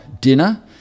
dinner